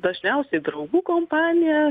dažniausiai draugų kompanija